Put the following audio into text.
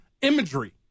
imagery